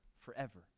forever